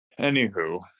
Anywho